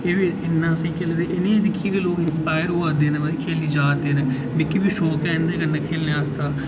एह् बी इन्ना न कि इ'नें गी दिक्खियै लोग इन्स्पायर होआ दे न मतलब खेढी जा दे न मिगी बी शौक ऐ इं'दे कन्नै खेढने आस्तै